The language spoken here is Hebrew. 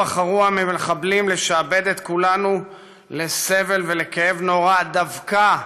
שבו בחרו המחבלים לשעבד את כולנו לסבל ולכאב נורא דווקא